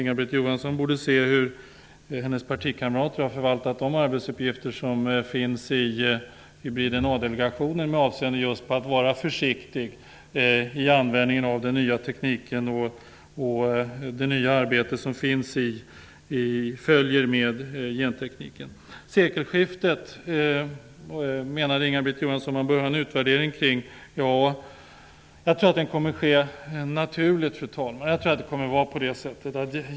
Inga-Britt Johansson borde snarare se på hur hennes partikamrater har skött de arbetsuppgifter som Hybrid-DNA-delegationen har med avseende på att vara försiktig i användningen av den nya tekniken och det nya arbete som följer med gentekniken. Inga-Britt Johansson menade att det skulle göras en utvärdering kring sekelskiftet. Jag tror att det kommer att ske naturligt.